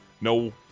no